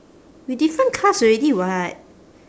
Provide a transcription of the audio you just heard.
we different class already [what]